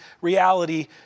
reality